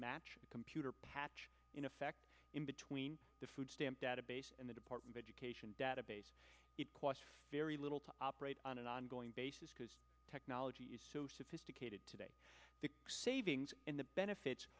match a computer patch in effect in between the food stamp database and the department of education database it costs very little to operate on an ongoing basis because technology is so sophisticated today the savings in the benefits